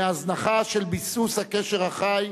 מהזנחה של ביסוס הקשר החי,